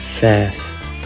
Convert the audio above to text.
fast